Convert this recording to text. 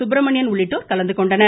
சுப்ரமணியன் உள்ளிட்டோர் கலந்துகொண்டனர்